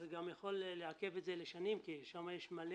יכול לעכב את זה לשנים כי שם יש מלא